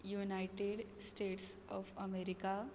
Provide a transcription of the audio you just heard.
United States of America